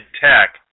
tech